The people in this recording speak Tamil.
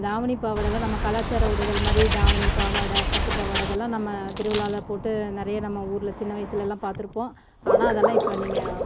தாவணி பாவாடைலாம் நம்ம கலாச்சார உடைகள் மாதிரியே தாவணி பாவாடை பட்டு பாவாடை இதெல்லாம் நம்ம திருவிழாவில் போட்டு நிறைய நம்ம ஊரில் சின்ன வயசுலலாம் பார்த்துருப்போம் ஆனால் அதெல்லாம் இப்போ நீங்கள்